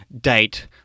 date